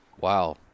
Wow